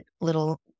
little